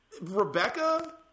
rebecca